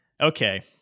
okay